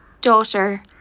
daughter